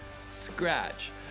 scratch